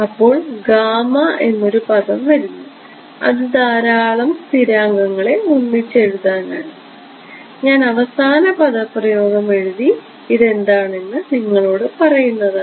അപ്പോൾ ഗാമ എന്നൊരു പദം വരുന്നു അത് ധാരാളം സ്ഥിരാങ്കങ്ങളെ ഒന്നിച്ച് എഴുതുന്നു ഞാൻ അവസാന പദപ്രയോഗം എഴുതി ഇത് എന്താണെന്ന് നിങ്ങളോട് പറയുന്നതാണ്